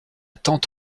tante